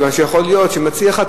מכיוון שיכול להיות שמציע אחד,